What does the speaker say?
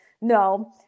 no